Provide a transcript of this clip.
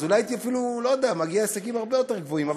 אולי הייתי אפילו מגיע להישגים הרבה יותר גבוהים.